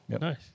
Nice